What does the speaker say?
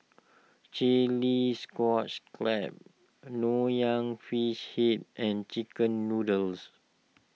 Chilli Clams Nonya Fish Head and Chicken Noodles